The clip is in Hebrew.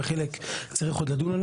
ועל חלק צריך עוד לדון.